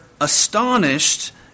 astonished